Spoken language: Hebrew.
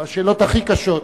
בשאלות הכי קשות,